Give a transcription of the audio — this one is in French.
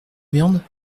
viande